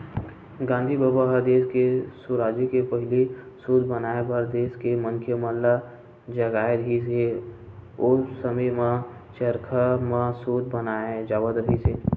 गांधी बबा ह देस के सुराजी के पहिली सूत बनाए बर देस के मनखे मन ल जगाए रिहिस हे, ओ समे म चरखा म सूत बनाए जावत रिहिस हे